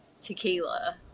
tequila